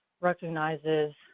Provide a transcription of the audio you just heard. recognizes